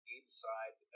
inside